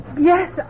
Yes